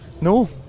No